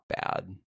bad